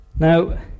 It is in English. Now